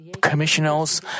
commissioners